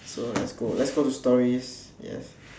so let's go let's go to stories yes